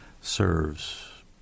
serves